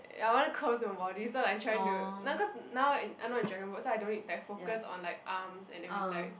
ya I want curves and body so I trying to no cause now in I not in dragon boat so I don't need that focus on like arms and everything like